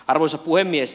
arvoisa puhemies